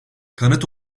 kanıt